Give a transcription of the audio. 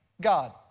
God